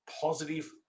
positive